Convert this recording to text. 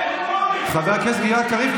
חבר הכנסת גלעד קריב,